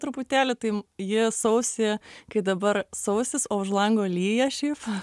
truputėlį tai ji sausį kai dabar sausis o už lango lyja šiaip